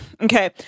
Okay